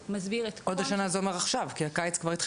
מי שאחראי על זה זה רישוי עסקים של העיריה.